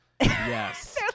Yes